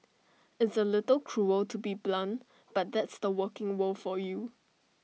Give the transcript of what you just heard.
it's A little cruel to be blunt but that's the working world for you